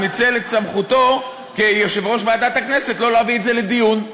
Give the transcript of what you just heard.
הוא ניצל את סמכותו כיושב-ראש ועדת הכנסת לא להביא את זה לדיון.